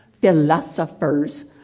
philosophers